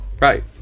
Right